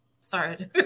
sorry